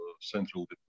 central